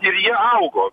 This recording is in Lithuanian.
ir jie augo